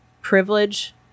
privilege